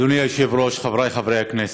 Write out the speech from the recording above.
אדוני היושב-ראש, חברי חברי הכנסת,